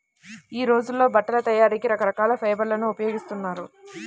యీ రోజుల్లో బట్టల తయారీకి రకరకాల ఫైబర్లను ఉపయోగిస్తున్నారు